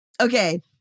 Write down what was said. Okay